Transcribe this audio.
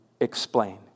explain